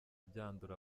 byandura